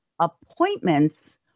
appointments